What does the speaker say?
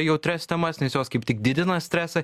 jautrias temas nes jos kaip tik didina stresą